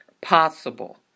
possible